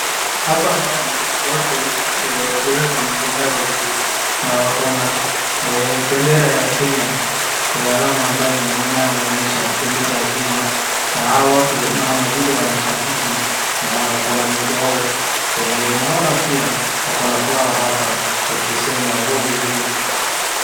Hapa naona watu, eh, wakiweka mkono yao juu. Na wako na, eeeh, bendera ya Kenya. Eeh, alama ambayo ina-- inayoonyesha bendera ya Kenya. Na hao watu naona vile wanashabiki. Na hawa wako na mtu wao. Eeeh, naona pia huko na flower hapa wakisema "Oi, oi."